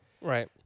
right